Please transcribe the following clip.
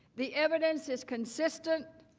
the evidence is consistent,